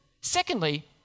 Secondly